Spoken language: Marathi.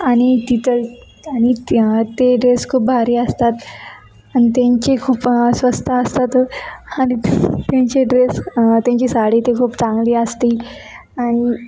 आणि तिथं आणि ते ड्रेस खूप भारी असतात आणि त्यांची खूप स्वस्त असतात व आणि त्यांची ड्रेस त्यांची साडी ती खूप चांगली असते आणि